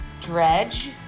Dredge